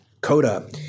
Coda